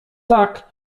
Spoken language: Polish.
tak